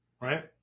right